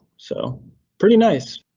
so pretty nice.